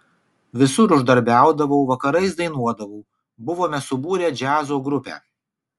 visur uždarbiaudavau vakarais dainuodavau buvome subūrę džiazo grupę